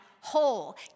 whole